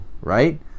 right